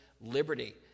liberty